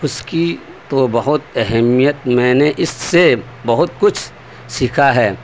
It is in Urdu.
اس کی تو بہت اہمیت میں نے اس سے بہت کچھ سیکھا ہے